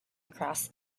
across